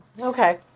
Okay